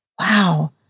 Wow